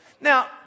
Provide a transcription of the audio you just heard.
Now